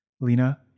Lena